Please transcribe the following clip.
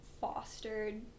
fostered